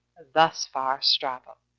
thus far strabo.